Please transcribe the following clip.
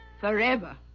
forever